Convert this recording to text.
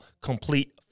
complete